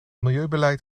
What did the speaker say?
milieubeleid